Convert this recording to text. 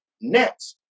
next